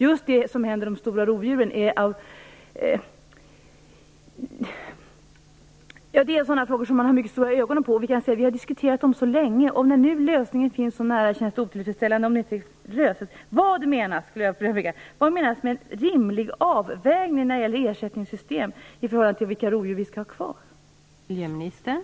Just det som händer de stora rovdjuren är något som man verkligen har ögonen på. Eftersom frågan har diskuterats så länge och lösningen nu är så nära skulle det kännas otillfredsställande om det inte lyckades. Vad menas med en rimlig avvägning av vilka rovdjur vi skall ha kvar när det gäller ersättningssystemet?